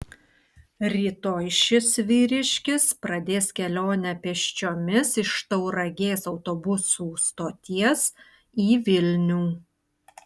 rytoj šis vyriškis pradės kelionę pėsčiomis iš tauragės autobusų stoties į vilnių